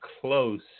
close